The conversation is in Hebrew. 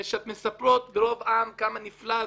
שמספרות ברוב עם כמה נפלא,